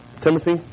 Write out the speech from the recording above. Timothy